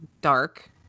dark